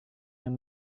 yang